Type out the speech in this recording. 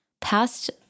past